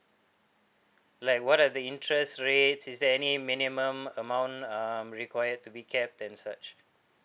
like what are the interest rates is there any minimum amount um required to be kept and such